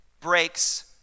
breaks